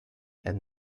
and